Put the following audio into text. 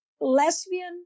lesbian